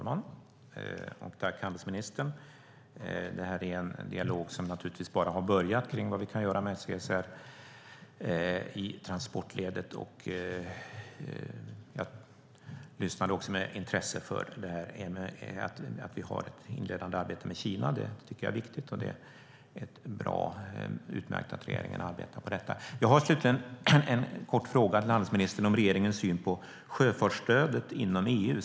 Fru talman! När det gäller vad vi kan göra kring CSR i transportledet är det naturligtvis en dialog som bara har börjat. Jag lyssnade med intresse på detta med vårt inledande arbete med Kina. Det tycker jag är viktigt. Det är utmärkt att regeringen arbetar med detta. Jag har slutligen en kort fråga till handelsministern om regeringens syn på sjöfartsstödet inom EU.